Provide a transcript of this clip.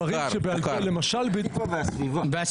פתח תקווה והסביבה.